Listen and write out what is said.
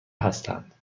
هستند